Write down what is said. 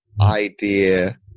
idea